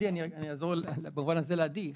אני אעזור במובן הזה לעדי.